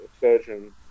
surgeon